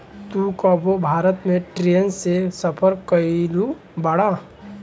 तू कबो भारत में ट्रैन से सफर कयिउल बाड़